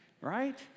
right